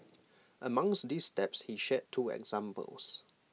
amongst these steps he shared two examples